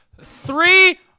three